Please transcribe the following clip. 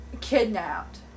kidnapped